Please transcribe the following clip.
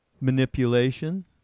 Manipulation